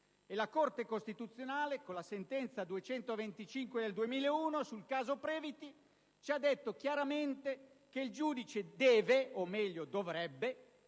La Corte costituzionale, con la sentenza n. 225 del 2001 sul caso Previti, ha chiaramente dichiarato che il giudice deve, o meglio dovrebbe,